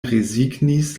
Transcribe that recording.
rezignis